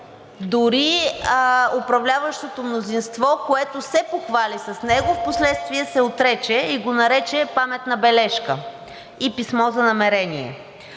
Дори управляващото мнозинство, което се похвали с него, впоследствие се отрече и го нарече паметна бележка и писмо за намерение.